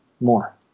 more